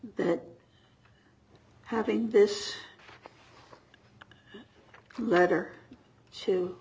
that having this letter to